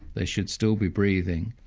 they should still be breathing.